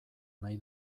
nahi